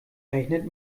rechnet